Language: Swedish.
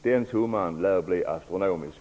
Den summan lär bli astronomisk.